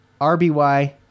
RBY